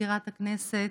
מזכירת הכנסת,